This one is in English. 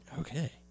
okay